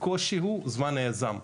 הקושי הוא זמן היזם.